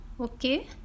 okay